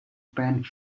paint